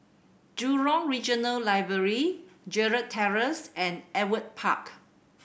Jurong Regional Library Gerald Terrace and Ewart Park